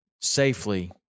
safely